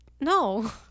no